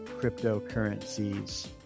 cryptocurrencies